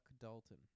Dalton